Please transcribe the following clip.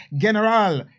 general